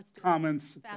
Comments